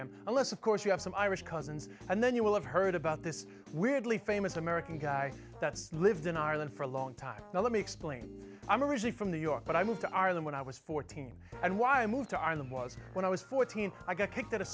am unless of course you have some irish cousins and then you will have heard about this weirdly famous american guy that's lived in ireland for a long time now let me explain i'm originally from new york but i moved to arlen when i was fourteen and why i moved to ireland was when i was fourteen i got kicked out of